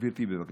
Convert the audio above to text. גברתי, בבקשה.